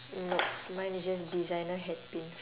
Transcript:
nope mine is just designer hat pins